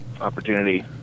opportunity